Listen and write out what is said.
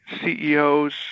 CEOs